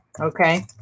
Okay